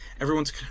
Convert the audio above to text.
everyone's